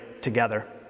together